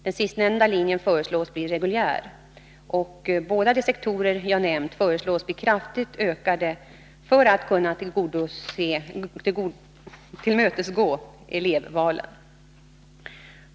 Den sistnämnda linjen föreslås bli reguljär, och båda de sektorer jag nämnt föreslås bli kraftigt ökade för att kunna tillmötesgå elevvalen.